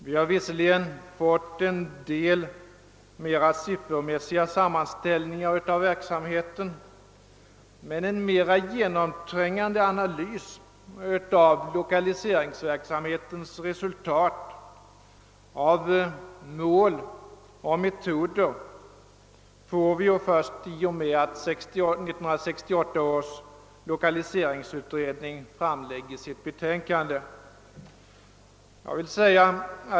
Vi har visserligen fått en del siffermässiga sammanställningar av verksamheten, men en mera genomträngande analys av lokaliseringsverksamhetens resultat, mål och metoder får vi först i och med att 1968 års lokaliseringsutredning framlägger sitt betänkande.